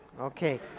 Okay